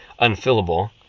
unfillable